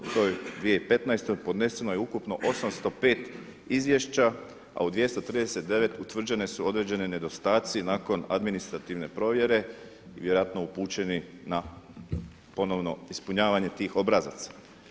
U toj 2015. podneseno je ukupno 805 izvješća a u 239. utvrđeni su određeni nedostaci nakon administrativne provjere i vjerojatno upućeni na ponovno ispunjavanje tih obrazaca.